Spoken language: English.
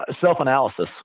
self-analysis